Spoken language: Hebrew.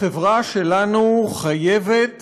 החברה שלנו חייבת